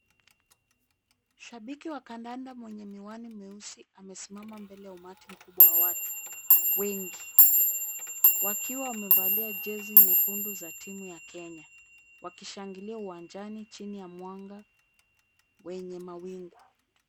Shabiki wa kandanda mwenye miwani meusi amesimama mbele ya umati mkubwa wa watu wengi. Wakiwa wamevalia jezi nyekundu za timu ya Kenya. Wakishangilia uwanjani chini ya mwanga wenye mawingu.